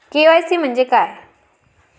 KYC म्हंजे काय?